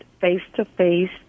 face-to-face